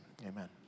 Amen